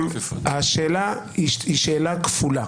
השאלה היא שאלה כפולה.